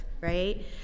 right